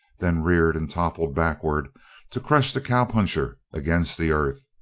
then reared and toppled backward to crush the cowpuncher against the earth.